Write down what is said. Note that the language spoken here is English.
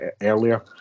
earlier